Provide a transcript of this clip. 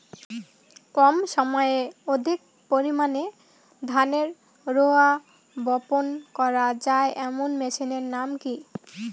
কম সময়ে অধিক পরিমাণে ধানের রোয়া বপন করা য়ায় এমন মেশিনের নাম কি?